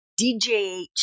DJH